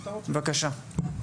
בבקשה.